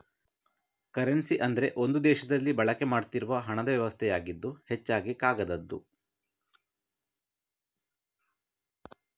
currency ಅಂದ್ರೆ ಒಂದು ದೇಶದಲ್ಲಿ ಬಳಕೆ ಮಾಡ್ತಿರುವ ಹಣದ ವ್ಯವಸ್ಥೆಯಾಗಿದ್ದು ಹೆಚ್ಚಾಗಿ ಕಾಗದದ್ದು